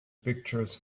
pictures